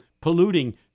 polluting